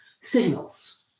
signals